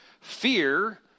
Fear